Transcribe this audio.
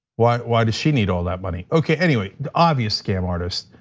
why why does she need all that money? okay, anyway, obvious scam artist,